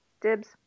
Dibs